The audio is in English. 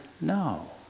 no